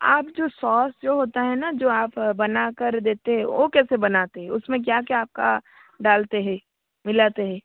आप जो सॉस जो होता है ना जो आप बना कर देते हो वो कैसे बनाती हो उसमें क्या क्या आप डालते हैं मिलाते हैं